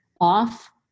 off